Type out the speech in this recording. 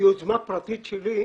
ביוזמה פרטית שלי,